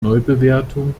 neubewertung